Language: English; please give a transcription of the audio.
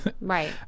Right